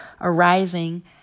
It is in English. arising